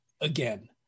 again